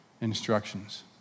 instructions